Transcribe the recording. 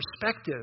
perspective